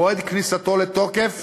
מועד כניסתו לתוקף